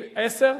עשר?